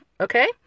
Okay